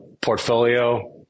portfolio